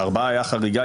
בארבעה הייתה חריגה,